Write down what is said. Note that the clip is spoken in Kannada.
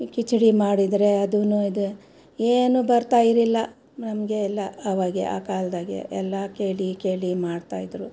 ಕಿ ಕಿಚಡಿ ಮಾಡಿದರೆ ಅದೂ ಇದು ಏನು ಬರ್ತಾಯಿರಿಲ್ಲ ನಮಗೆ ಎಲ್ಲ ಅವಾಗ ಆ ಕಾಲದಾಗೆ ಎಲ್ಲ ಕೇಳಿ ಕೇಳಿ ಮಾಡ್ತಾಯಿದ್ರು